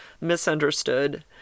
misunderstood